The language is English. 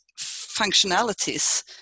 functionalities